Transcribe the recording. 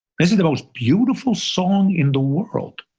this is the most beautiful song in the world.